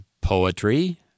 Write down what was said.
poetry